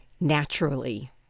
naturally